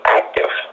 active